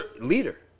leader